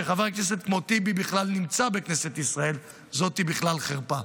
כשחבר כנסת כמו טיבי בכלל נמצא בכנסת ישראל זאת חרפה.